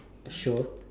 show